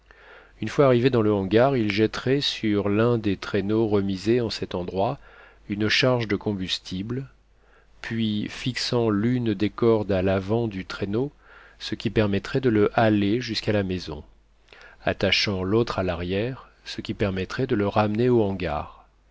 une fois arrivé dans le hangar il jetterait sur un des traîneaux remisés en cet endroit une charge de combustible puis fixant l'une des cordes à l'avant du traîneau ce qui permettrait de le haler jusqu'à la maison attachant l'autre à l'arrière ce qui permettrait de le ramener au hangar